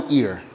ear